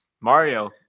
Mario